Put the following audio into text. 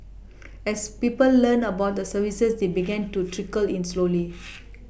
as people learnt about the services they began to trickle in slowly